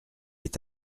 est